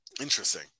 Interesting